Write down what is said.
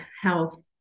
health